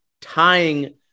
tying